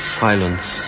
silence